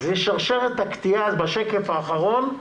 זה שרשרת הקטיעה, בשקף האחרון,